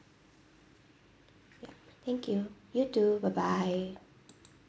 thank you you too bye bye